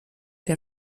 der